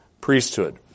priesthood